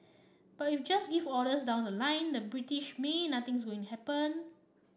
but if you just if orders down the line the British may nothing's going happen